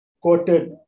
quoted